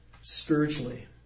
spiritually